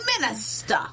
minister